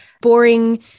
boring